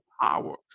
power